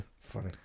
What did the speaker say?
funny